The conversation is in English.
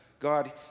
God